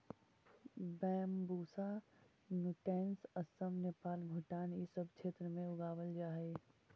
Bambusa nutans Assam, Nepal, Bhutan इ सब क्षेत्र में उगावल जा हई